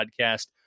podcast